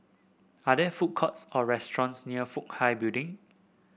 are there food courts or restaurants near Fook Hai Building